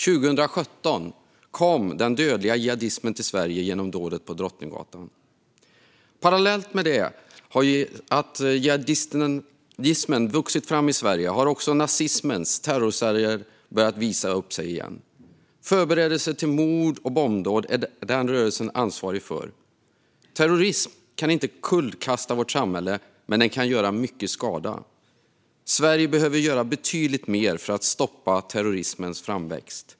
År 2017 kom den dödliga jihadismen till Sverige genom dådet på Drottninggatan. Parallellt med att jihadismen vuxit fram i Sverige har också nazismens terrorceller börjat visa upp sig igen. Förberedelser till mord och bombdåd är den rörelsen ansvarig för. Terrorism kan inte kullkasta vårt samhälle, men den kan göra mycket skada. Sverige behöver göra betydligt mer för att stoppa terrorismens framväxt.